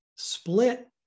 split